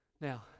Now